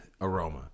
Aroma